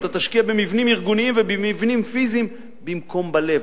אתה תשקיע במבנים ארגוניים ובמבנים פיזיים במקום בלב.